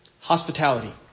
Hospitality